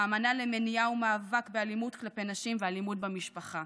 האמנה למניעה ולמאבק באלימות כלפי נשים ואלימות במשפחה.